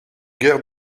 guère